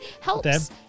Helps